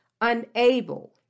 unable